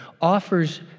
offers